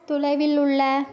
தொலைவில் உள்ள